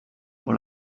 pour